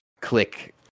click